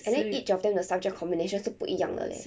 and then each of them the subject combination 是不一样的 leh